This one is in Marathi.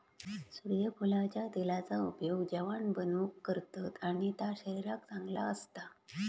सुर्यफुलाच्या तेलाचा उपयोग जेवाण बनवूक करतत आणि ता शरीराक चांगला असता